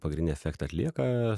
pagrinį efektą atlieka